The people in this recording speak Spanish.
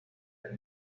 del